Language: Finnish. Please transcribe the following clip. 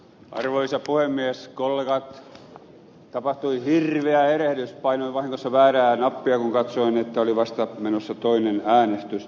arvoisa puhemies kolmella kapakoihin ja erehdys painoin vahingossa väärää nappia kun katsoin että oli vasta menossa toinen äänestys